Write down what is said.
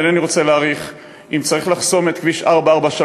ואני לא רוצה להאריך: צריך לחסום את כביש 443,